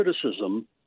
criticism